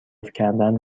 کردن